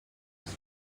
best